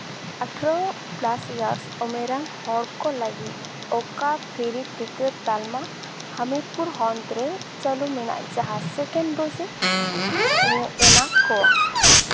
ᱟᱴᱷᱨᱚ plus years ᱩᱢᱮᱨᱟᱱ ᱦᱚᱲ ᱠᱚ ᱞᱟᱹᱜᱤᱫ ᱚᱠᱟ ᱯᱷᱨᱤ ᱴᱤᱠᱟᱹ ᱛᱟᱞᱢᱟ ᱦᱟᱢᱤᱨᱯᱩᱨ ᱦᱚᱱᱚᱛ ᱨᱮ ᱪᱟᱹᱞᱩ ᱢᱮᱱᱟᱜ ᱡᱟᱦᱟᱸ ᱥᱮᱠᱮᱱᱰ ᱰᱳᱡᱽ ᱮ ᱮᱢᱟ ᱠᱳᱣᱟ